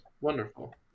Wonderful